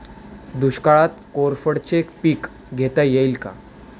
दुष्काळात कोरफडचे पीक घेता येईल का?